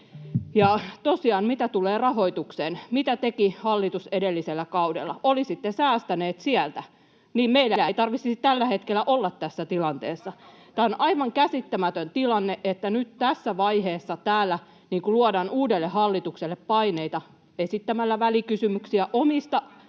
Ja tosiaan, mitä tulee rahoitukseen: mitä teki hallitus edellisellä kaudella? Jos olisitte säästäneet sieltä, niin meidän ei tarvitsisi tällä hetkellä olla tässä tilanteessa. Tämä on aivan käsittämätön tilanne, että nyt tässä vaiheessa täällä luodaan uudelle hallitukselle paineita esittämällä välikysymyksiä omista